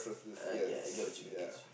I get I get what you mean